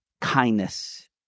Kindness